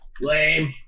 Lame